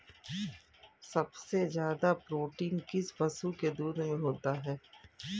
सबसे ज्यादा प्रोटीन किस पशु के दूध में होता है?